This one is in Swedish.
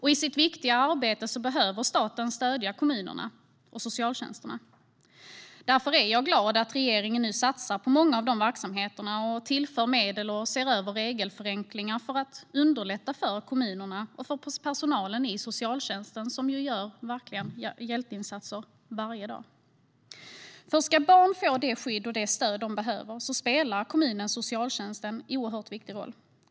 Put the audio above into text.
I sitt viktiga arbete behöver staten stödja kommunerna och socialtjänsterna. Därför är jag glad att regeringen nu satsar på många av dessa verksamheter, tillför medel och ser över regelförenklingar för att underlätta för kommunerna och för personalen i socialtjänsten, som verkligen gör hjälteinsatser varje dag. Ska barn få det skydd och det stöd de behöver spelar kommunens socialtjänst en oerhört viktig roll.